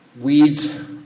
Weeds